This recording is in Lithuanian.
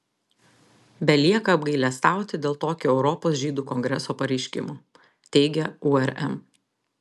belieka apgailestauti dėl tokio europos žydų kongreso pareiškimo teigia urm